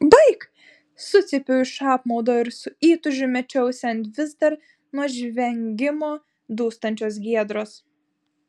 baik sucypiau iš apmaudo ir su įtūžiu mečiausi ant vis dar nuo žvengimo dūstančios giedros